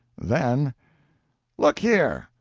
then look here,